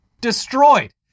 destroyed